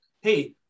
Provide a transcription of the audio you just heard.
hey